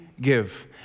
give